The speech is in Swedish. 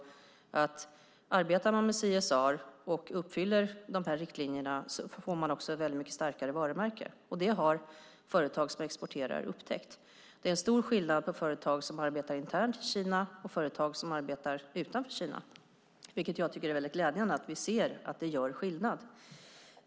Arbetar man med CSR i dag och uppfyller de här riktlinjerna får man också ett väldigt mycket starkare varumärke. Det har företag som exporterar upptäckt. Det är en stor skillnad mellan företag som arbetar internt i Kina och företag som arbetar utanför Kina. Jag tycker att det är väldigt glädjande att vi ser att det gör skillnad.